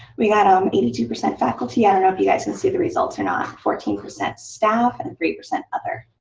we've got um eighty two percent faculty. i don't know if you guys can and see the results or not. fourteen percent staff, and three percent other.